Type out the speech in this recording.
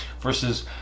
versus